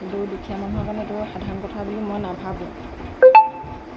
কিন্তু দুখীয়া মানুহৰ কাৰণে এইটো সাধাৰণ কথা বুলি মই নাভাবোঁ